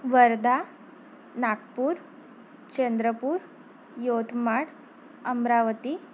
Wardha Nagpur Chandrapur Yavatmal Amravati